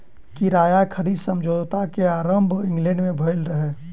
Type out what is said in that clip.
किराया खरीद समझौता के आरम्भ इंग्लैंड में भेल रहे